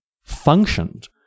functioned